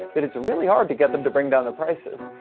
that it's really hard to get them to bring down the prices.